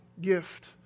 gift